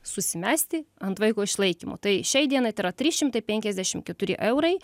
susimesti ant vaiko išlaikymo tai šiai dienai tai yra trys šimtai penkiasdešim keturi eurai